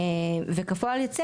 וכפועל יוצא